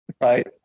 right